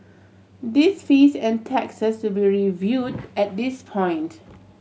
these fees and taxes will be reviewed at this point